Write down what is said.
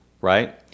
right